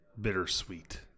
bittersweet